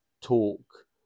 talk